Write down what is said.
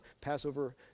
Passover